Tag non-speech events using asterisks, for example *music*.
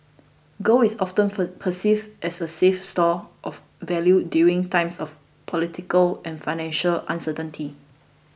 gold is often *unintelligible* perceived as a safe store of value during times of political and financial uncertainty